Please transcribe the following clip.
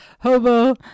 Hobo